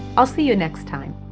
ah see you next time!